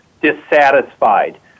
dissatisfied